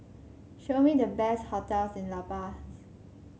show me the best hotels in La Paz